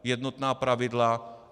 Jednotná pravidla.